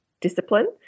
discipline